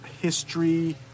history